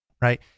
right